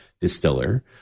distiller